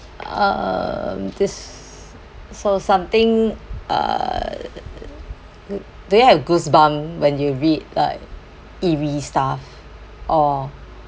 um this so something uh mm do you have goosebump when you read like eerie stuff